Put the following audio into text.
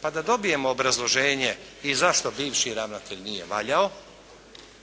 pa da dobijemo obrazloženje i zašto bivši ravnatelj nije valjao,